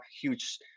huge